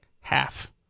Half